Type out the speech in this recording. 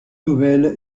nouvelle